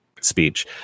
speech